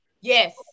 Yes